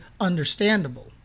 understandable